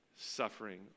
suffering